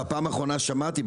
בפעם האחרונה ששמעתי,